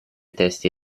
testi